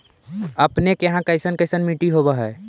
अपने के यहाँ कैसन कैसन मिट्टी होब है?